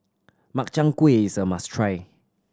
Makchang Gui is a must try